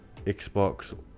Xbox